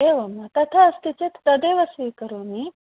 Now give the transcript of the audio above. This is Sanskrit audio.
एवं वा तथा अस्ति चेत् तदेव स्वीकरोमि